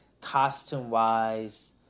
costume-wise